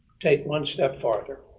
take one step farther.